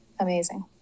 amazing